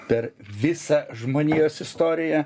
per visą žmonijos istoriją